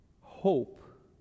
hope